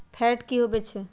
Fat की होवछै?